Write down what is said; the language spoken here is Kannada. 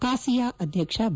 ಕಾಸಿಯ ಅಧ್ಯಕ್ಷ ಬಿ